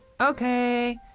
Okay